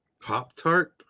Pop-Tart